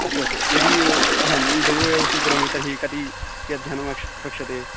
अस्तु अस्तु यदि अहं द्वयोः एव स्वीकरोमि तर्हि कति कियत् धनम् अपेक्षते